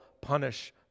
punish